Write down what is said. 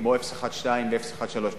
כמו 012 ו-013,